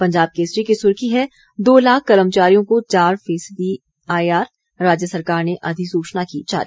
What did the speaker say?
पंजाब केसरी की सुर्खी है दो लाख कर्मचारियों को चार फीसदी आईआर राज्य सरकार ने अधिसूचना की जारी